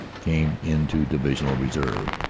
came into divisional reserve.